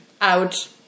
out